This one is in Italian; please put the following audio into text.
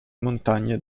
montagne